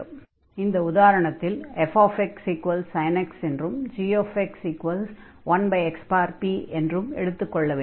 இந்த உதாரணத்தில் fxsin x என்றும் gx1xp என்றும் எடுத்துக் கொள்ள வேண்டும்